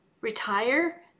retire